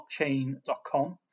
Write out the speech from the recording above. blockchain.com